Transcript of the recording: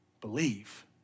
believe